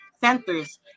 centers